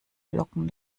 locken